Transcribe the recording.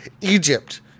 Egypt